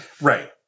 Right